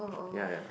ya ya